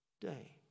day